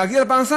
מגיע לפרנסה,